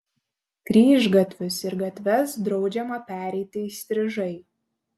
kryžgatvius ir gatves draudžiama pereiti įstrižai